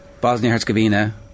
Bosnia-Herzegovina